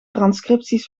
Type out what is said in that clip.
transcripties